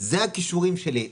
זה הכישורים שלי,